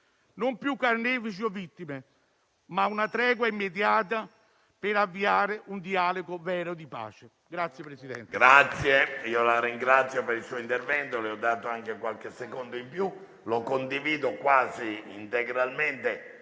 Non più carnefici e vittime, ma una tregua immediata per avviare un dialogo vero di pace.